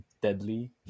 deadly